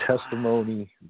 testimony